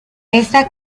esta